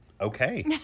Okay